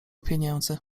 pieniędzy